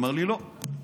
אמר לי: לא.